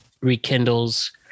rekindles